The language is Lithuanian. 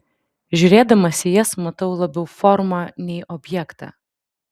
žiūrėdamas į jas matau labiau formą nei objektą